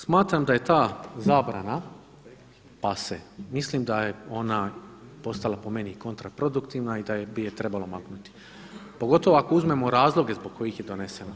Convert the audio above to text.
Smatram da je ta zabrana pase, mislim da je ona postala po meni kontra produktivna i da bi je trebalo maknuti, pogotovo ako uzmemo razloge zbog kojih je donesena.